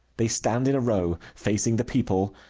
they stand in a row, facing the people,